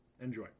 enjoy